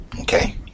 Okay